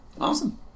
Awesome